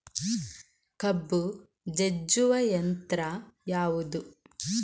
ಕಬ್ಬು ಜಜ್ಜುವ ಯಂತ್ರ ಯಾವುದು?